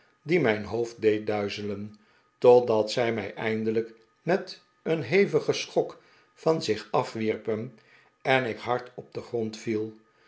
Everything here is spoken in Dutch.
die mijn hoofd deed duizelen p totdat zij mij eindelijk met een hevigen schok van zich afwierpen en ik hard op den grond viel